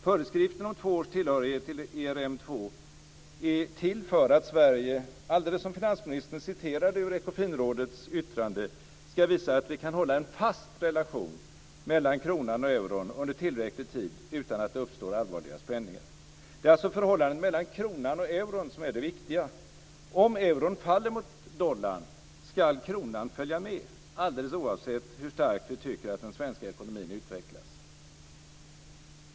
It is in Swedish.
Föreskriften om två års tillhörighet till ERM2 är till för att Sverige ska visa att man kan hålla en fast relation mellan kronan och euron under tillräcklig tid utan att det uppstår allvarliga spänningar, precis som finansministern citerade ur Ekofinrådets yttrande. Det är alltså förhållandet mellan kronan och euron som är det viktiga. Om euron faller mot dollarn ska kronan följa med alldeles oavsett hur starkt vi tycker att den svenska ekonomin utvecklas.